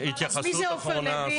אז מי זה עופר לוי?